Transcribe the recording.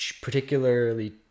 particularly